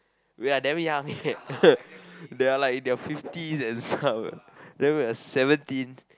we're damn young leh they are like in the fifties and stuff then we are seventeen